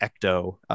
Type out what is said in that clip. Ecto